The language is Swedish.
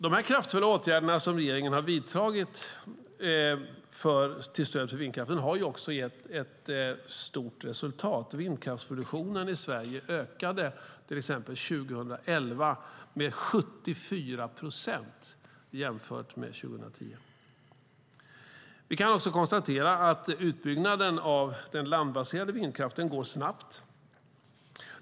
De kraftfulla åtgärder som regeringen har vidtagit till stöd för vindkraften har också gett stort resultat. Vindkraftsproduktionen i Sverige ökade till exempel år 2011 med 74 procent jämfört med år 2010. Vi kan också konstatera att utbyggnaden av den landbaserade vindkraften går snabbt.